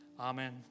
Amen